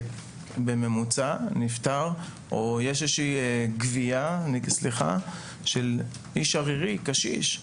נפטר, או שנמצאת איזו גווייה של קשיש ערירי.